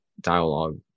dialogue